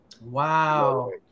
Wow